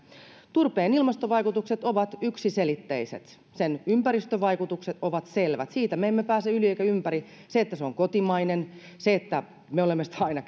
turpeen ilmastovaikutukset ovat yksiselitteiset sen ympäristövaikutukset ovat selvät siitä me emme pääse yli emmekä ympäri se että se on kotimainen tai se että me olemme sitä aina